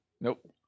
Nope